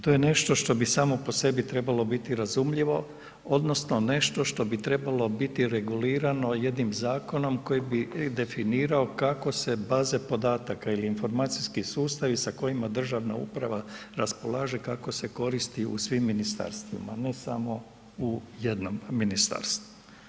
To je nešto bi samo po sebi trebalo biti razumljivo odnosno nešto što bi trebalo biti regulirano jednim zakonom koji definirao kako se baze podataka ili informacijski sustavi sa kojima državna uprava raspolaže kako se koristi u svim ministarstvima, ne samo u jednom ministarstvu.